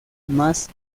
más